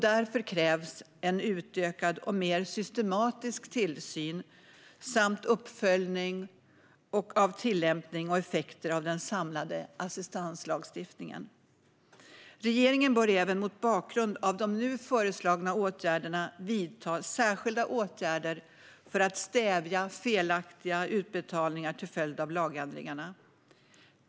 Därför krävs en utökad och mer systematisk tillsyn samt uppföljning av tillämpning och effekter av den samlade assistanslagstiftningen. Regeringen bör även mot bakgrund av de nu föreslagna åtgärderna vidta särskilda åtgärder för att stävja felaktiga utbetalningar till följd av lagändringarna.